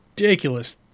ridiculous